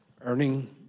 earning